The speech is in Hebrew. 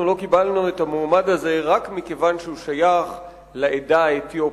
אנחנו לא קיבלנו את המועמד הזה רק מכיוון שהוא שייך לעדה האתיופית,